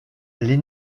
les